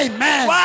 Amen